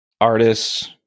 artists